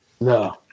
No